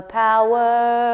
power